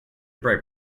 bright